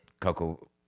Coco